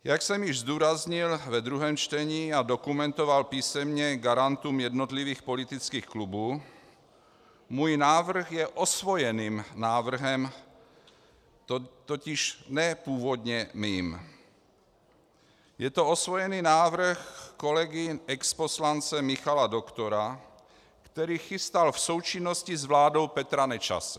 Jak jsem již zdůraznil ve druhém čtení a dokumentoval písemně garantům jednotlivých politických klubů, můj návrh je osvojeným návrhem, totiž ne původně mým, je to osvojený návrh kolegy exposlance Michala Doktora, který chystal v součinnosti s vládou Petra Nečase.